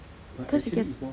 cause you can